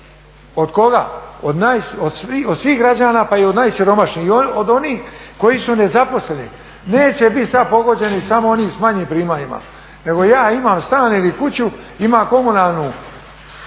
Od koga? Od svih građana pa i od najsiromašnijih i od onih koji su nezaposleni. Neće biti sada pogođeni samo oni s manjim primanjima, nego ja imam stan ili kuću ima komunalnu